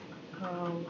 how